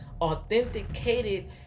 authenticated